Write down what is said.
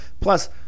Plus